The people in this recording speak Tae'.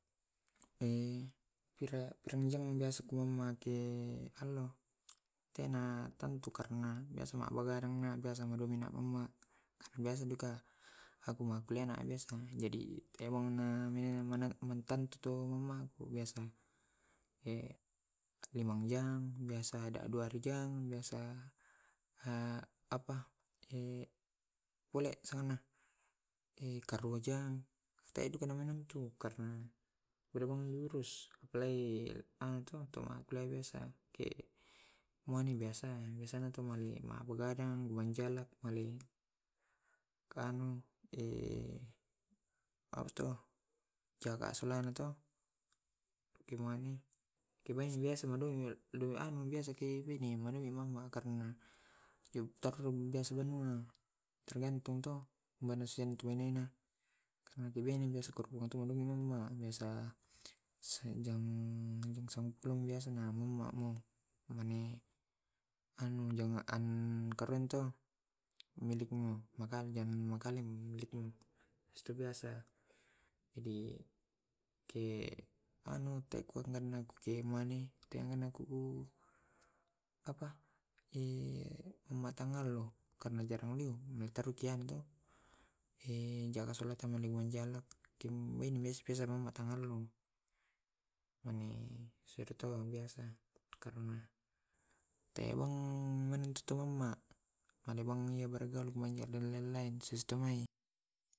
Pura purang jama mage allo tena biasa begadangna biasa jadi kebongna melonna mattantu maagku. Biasa limanjang biasa duanjang biasa apa pole sanganna, karua jang denantu lurus apalagi anu to makkullia biasa ke muani biasa mabegadang male kanu apatuh jaga sulanga to kemuani kemai biasa karna pittarrung biasa wanua. Tergantung to wanissengi benena. karna biasa jadi ke anu te kuannanan ke muane dena ku apa matangallo karena jarang mukian to. Majjaga sula tangallo mane biasa karena tebong tumama ale bongi lain-lain sistemai.